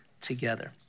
together